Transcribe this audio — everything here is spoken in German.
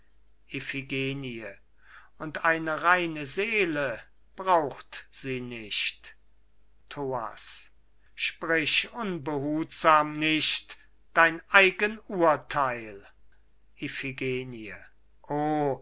und eine reine seele braucht sie nicht thoas sprich unbehutsam nicht dein eigen urtheil iphigenie